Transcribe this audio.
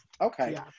Okay